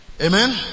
Amen